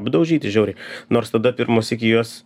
apdaužyti žiauriai nors tada pirmąsyk juos